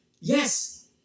yes